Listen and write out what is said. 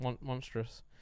Monstrous